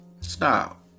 stop